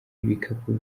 ibikapu